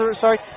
Sorry